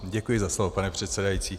Děkuji za slovo, pane předsedající.